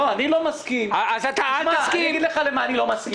לא, אני לא מסכים, ואגיד לך למה אני לא מסכים.